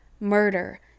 murder